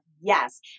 Yes